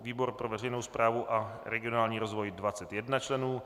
výbor pro veřejnou správu a regionální rozvoj 21 členů